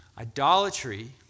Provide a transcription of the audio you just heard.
Idolatry